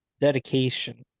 Dedication